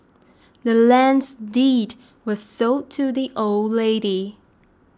the land's deed was sold to the old lady